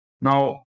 now